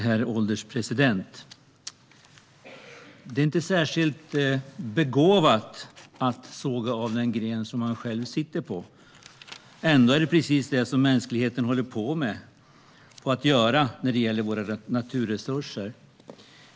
Herr ålderspresident! Det är inte särskilt begåvat att såga av den gren som man själv sitter på. Ändå är det precis det som mänskligheten håller på att göra när det gäller våra naturresurser.